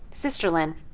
sister lin,